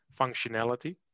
functionality